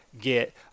get